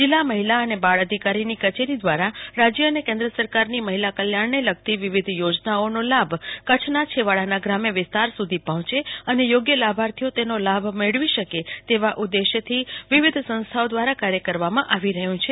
જિલ્લા મહિલા અને બાળ અધિકારીની કચેરી દ્વારા રાજ્ય અને કન્દ્ર સરકારની મહિલા કલ્યાણને લગતી વિવિધ યોજનાઓનો લાભ કચ્છના છેવાડાના ગ્રામ્ય વિસ્તાર સુધી પહોંચે અને યોગ્ય લાભાર્થીઓ તેનો લાભ મેળવી શકે તેવા ઉદેશથી વિવિધ સંસ્થાઓ દ્વારા કાર્ય કરવામાં આવી રહ્યું છે